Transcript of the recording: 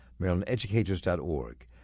MarylandEducators.org